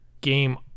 game